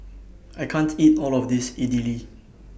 I can't eat All of This Idili